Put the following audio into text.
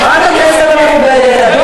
חברת הכנסת המכובדת,